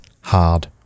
hard